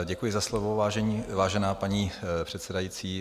Děkuji za slovo, vážená paní předsedající.